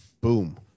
Boom